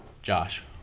Josh